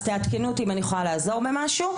תעדכנו אותי אם אני יכולה לעזור במשהו.